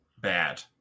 bad